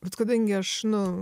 bet kadangi aš nu